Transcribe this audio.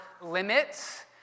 limits